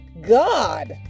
God